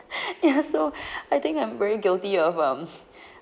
ya so I think I'm very guilty of um